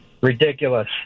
Ridiculous